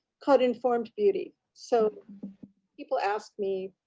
caught informed beauty. so people ask me